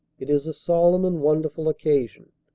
it is a solemn and wonderful occasion.